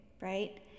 right